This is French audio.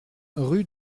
rue